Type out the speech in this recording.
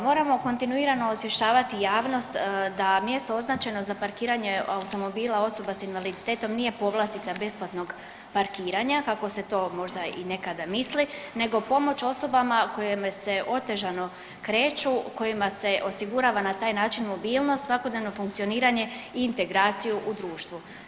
Moramo kontinuirano osvještavati javnost da mjesto označeno za parkiranje automobila osoba s invaliditetom nije povlastica besplatnog parkiranja kada se to možda i nekada misli nego pomoć osobama koje se otežano kreću, kojima se osigurava na taj način mobilnost, svakodnevno funkcioniranje i integraciju u društvu.